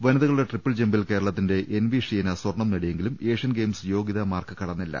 വനിതകളുടെ ട്രിപ്പിൾ ജംപിൽ കേരളത്തിന്റെ എൻ വി ഷീന സ്വർണം നേടിയെങ്കിലും ഏഷ്യൻ ഗ്െയ്യിംസ് യോഗ്യതാ മാർക്ക് കടന്നില്ല